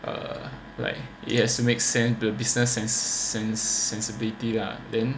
uh like it has to make sense the business sensibility lah then